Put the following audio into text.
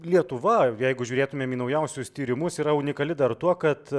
lietuva jeigu žiūrėtumėm į naujausius tyrimus yra unikali dar tuo kad